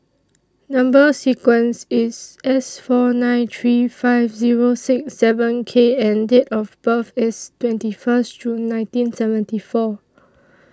Number sequence IS S four nine three five Zero six seven K and Date of birth IS twenty First June nineteen seventy four